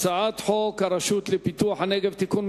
הצעת חוק הרשות לפיתוח הנגב (תיקון,